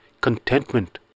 contentment